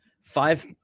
Five